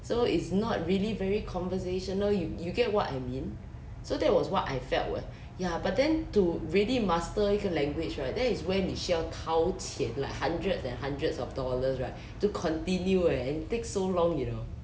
so it's not really very conversational you you get what I mean so that was what I felt leh ya but then to really master 一个 language right that is when 你需要掏钱 like hundreds and hundreds of dollars right to continue eh and it takes so long you know